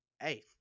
Hey